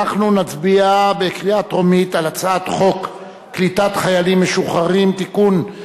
אנחנו נצביע בקריאה טרומית על הצעת חוק קליטת חיילים משוחררים (תיקון,